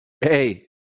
Hey